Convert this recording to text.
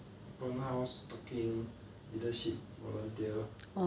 open house talking leadership volunteer